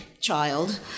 child